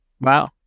wow